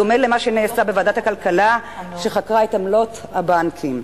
בדומה למה שנעשה בוועדת הכלכלה כשחקרה את עמלות הבנקים.